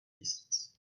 tisíc